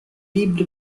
libri